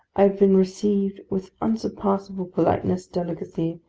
i have been received with unsurpassable politeness, delicacy,